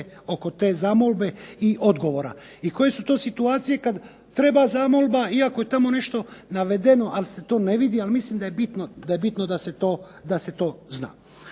oko te zamolbe i odgovora. I koje su to situacije kad treba zamolba iako je tamo nešto navedeno, ali se to ne vidi, ali mislim da je bitno da se to zna.